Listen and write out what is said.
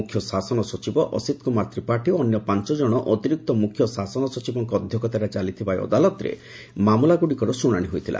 ମୁଖ୍ୟ ଶାସନ ସଚିବ ଅଶିତ କୁମାର ତ୍ରିପାଠୀ ଓ ଅନ୍ୟ ପାଞ ଜଶ ଅତିରିକ୍ତ ମୁଖ୍ୟ ଶାସନ ସଚିବଙ୍କ ଅଧ୍ୟକ୍ଷତାରେ ଚାଲିଥିବା ଏହି ଅଦାଲତରେ ମାମଲାଗୁଡ଼ିକର ଶୁଶାଶି ହୋଇଥିଲା